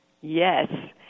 Yes